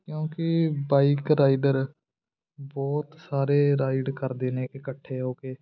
ਕਿਉਂਕਿ bike rider ਬਹੁਤ ਸਾਰੇ ਰਾਈਡ ਕਰਦੇ ਨੇ ਇਕੱਠੇ ਹੋ ਕੇ